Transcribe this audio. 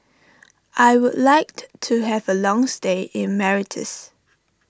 I would like to to have a long stay in Mauritius